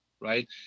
right